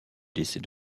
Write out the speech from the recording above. décès